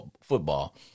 football